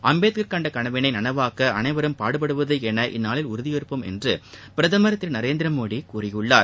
அம்பேத்கர் கண்ட கனவினை நனவாக்க அனைவரும் பாடுபடுவது என இந்நாளில் உறுதியேற்போம் என்று பிரதமர் திரு நரேந்திர மோடி கூறியுள்ளார்